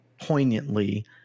poignantly